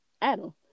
Adam